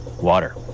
Water